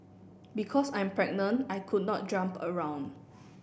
because I'm pregnant I could not jump around